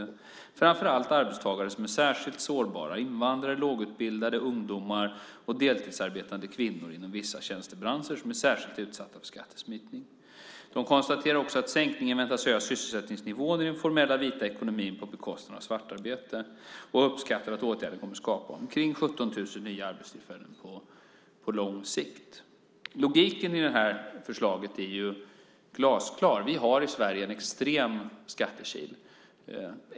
Det gäller framför allt arbetstagare som är särskilt sårbara - invandrare, lågutbildade, ungdomar och deltidsarbetande kvinnor inom vissa tjänstebranscher som är särskilt utsatta för skattesmitning. Kommissionen konstaterar också att sänkningen väntas höja sysselsättningsnivån i den formella vita ekonomin på bekostnad av svartarbete och uppskattar att åtgärden kommer att skapa omkring 17 000 nya arbetstillfällen på lång sikt. Logiken i förslaget är glasklar. Vi har i Sverige en extrem skattekil.